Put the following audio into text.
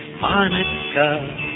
Monica